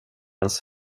ens